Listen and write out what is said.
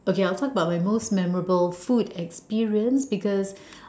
okay I talk about my most memorable food experience because